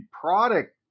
product